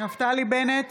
נפתלי בנט,